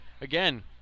Again